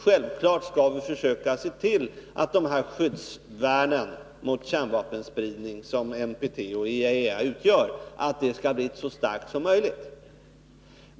Självfallet skall vi försöka se till att det skyddsvärn mot kärnvapenspridning som NPT och IAEA utgör skall bli så starkt som möjligt.